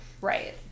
right